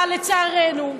אבל לצערנו,